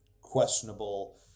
questionable